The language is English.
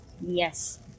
yes